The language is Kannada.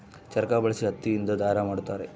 ಚರಕ ಬಳಸಿ ಹತ್ತಿ ಇಂದ ದಾರ ಮಾಡುತ್ತಾರೆ